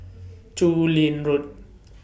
Chu Lin Road